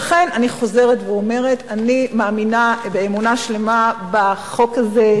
לכן אני חוזרת ואומרת: אני מאמינה באמונה שלמה בחוק הזה,